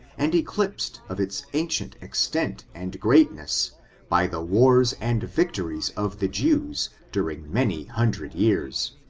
and eclipsed of its ancient extent and great ness by the wars and victories of the jews during many hundred years,